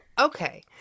okay